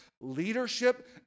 leadership